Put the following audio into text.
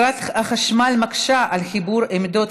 הישיבה, הינני מתכבדת